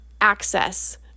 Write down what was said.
access